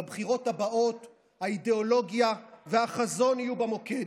בבחירות הבאות האידיאולוגיה והחזון יהיו במוקד.